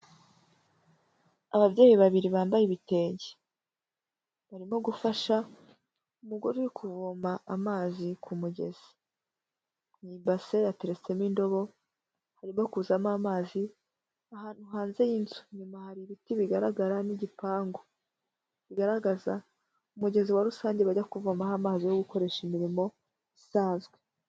Ababyeyi babiri bambaye ibitenge. Barimo gufasha umugore kuvoma amazi ku mugezi. Mu ibase yateretsemo indobo, harimo kuzamo amazi ahantu hanze y'inzu. Inyuma hari ibiti bigaragara n'igipangu, bigaragaza umugezi wa rusange bajya kuvomaho amazi yo gukoresha imirimo isanzwe.